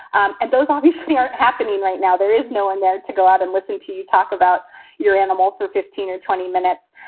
um and those obviously are happening right now. there is no one there to go out and listen to you talk about your animal for fifteen or twenty minutes.